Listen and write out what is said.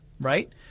right